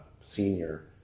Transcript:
senior